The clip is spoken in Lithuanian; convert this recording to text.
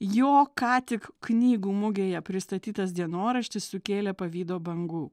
jo ką tik knygų mugėje pristatytas dienoraštis sukėlė pavydo bangų